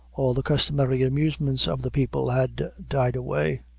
all the customary amusements of the people had died away.